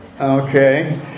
Okay